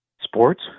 Sports